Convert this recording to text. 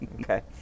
Okay